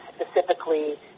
specifically